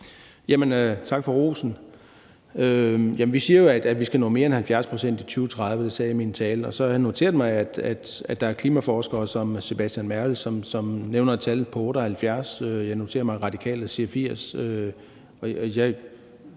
Tak for rosen. Vi siger jo, at vi skal nå mere end 70 pct. i 2030; det sagde jeg i min tale. Og så har jeg noteret mig, at der er klimaforskere som Sebastian Mernild, som nævner et tal på 78 pct., og jeg noterer mig, at Radikale siger 80